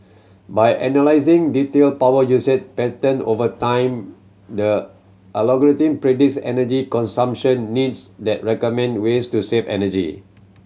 by analysing detail power usage pattern over time the algorithm predicts energy consumption needs the recommend ways to save energy